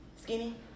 Skinny